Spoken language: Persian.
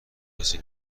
کسی